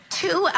two